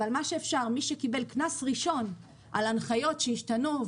אבל מה שאפשר שמי שקיבל קנס ראשון על הנחיות שהשתנו,